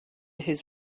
his